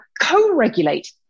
co-regulate